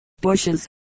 bushes